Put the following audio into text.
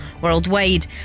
worldwide